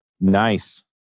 Nice